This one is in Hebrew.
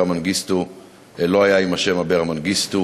מנגיסטו לא היה עם השם אברה מנגיסטו?